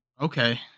Okay